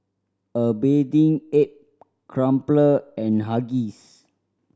A Bathing Ape Crumpler and Huggies